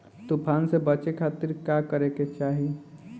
तूफान से बचे खातिर का करे के चाहीं?